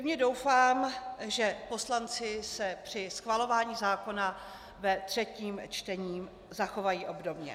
Pevně doufám, že poslanci se při schvalování zákona ve třetím čtení zachovají obdobně.